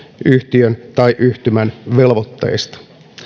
yhtiön tai yhtymän velvoitteista